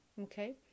Okay